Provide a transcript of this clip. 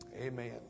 Amen